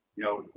you know,